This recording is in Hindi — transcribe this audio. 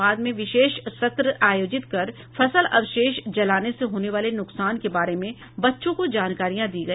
बाद में विशेष सत्र आयोजित कर फसल अवशेष जलाने से होने वाले नुकसान के बारे में बच्चों को जानकारियां दी गयी